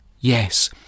Yes